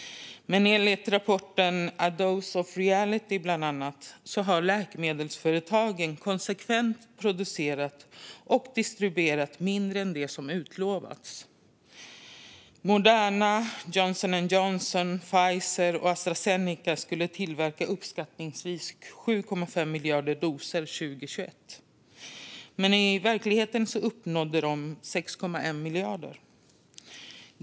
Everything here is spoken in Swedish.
Men enligt bland annat rapporten A dose of reality har läkemedelsföretagen konsekvent producerat och distribuerat mindre än det som utlovats. Moderna, Johnson & Johnson, Pfizer och Astra Zeneca skulle tillverka uppskattningsvis 7,5 miljarder doser 2021, men i verkligheten uppnådde de 6,1 miljarder.